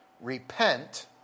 Repent